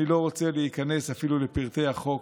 אני לא רוצה להיכנס אפילו לפרטי החוק,